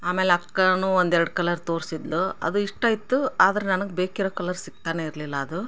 ಆಮೇಲೆ ಅಕ್ಕಾನೂ ಒಂದೆರಡು ಕಲರ್ ತೋರ್ಸಿದ್ಳು ಅದು ಇಷ್ಟ ಇತ್ತು ಆದರೆ ನನಗೆ ಬೇಕಿರೊ ಕಲರ್ ಸಿಕ್ತಾನೆ ಇರಲಿಲ್ಲ ಅದು